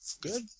Good